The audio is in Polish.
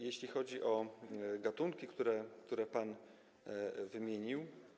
Jeśli chodzi o gatunki, które pan wymienił.